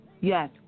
Yes